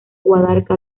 guarda